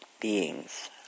beings